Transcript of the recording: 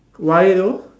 why though